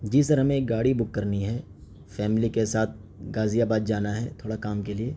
جی sir ہمیں ایک گاڑی بک کرنی ہے فیملی کے ساتھ غازی آباد جانا ہے تھوڑا کام کے لیے